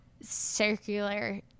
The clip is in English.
circular